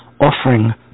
offering